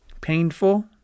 Painful